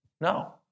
No